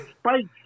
Spikes